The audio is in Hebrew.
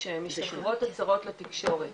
כשמשתחררות הצהרות לתקשורת,